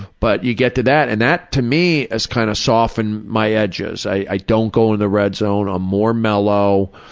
but you get to that, and that, to me, has kind of softened my edges. i don't go in the red zone, i'm more mellow,